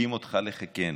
מחבקים אותך לחיקנו,